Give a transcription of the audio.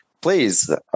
please